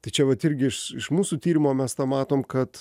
tai čia vat irgi iš iš mūsų tyrimo mes tą matom kad